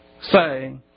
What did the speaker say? say